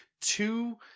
two